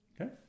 Okay